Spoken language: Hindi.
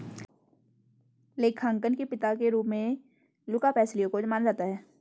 लेखांकन के पिता के रूप में लुका पैसिओली को माना जाता है